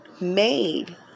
made